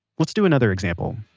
let's do another example,